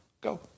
Go